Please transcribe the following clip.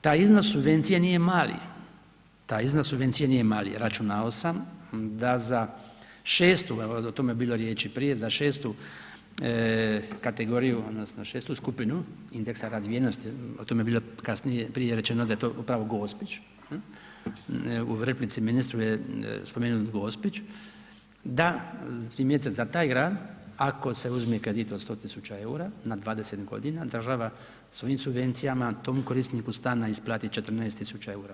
Taj iznos subvencije nije mali, taj iznos subvencije nije mali, računao sam da za 6.tu o tome je bilo riječi prije, za 6. kategoriju odnosno 6.-tu skupinu indeksa razvijenosti o tome je bilo kasnije prije rečeno da je to upravo Gospić u replici ministru je spomenut Gospić, da primjerice za taj grad ako se uzme kredit od 100 tisuća eura na 20 godina država svojim subvencijama tom korisniku stana isplati 14 tisuća eura.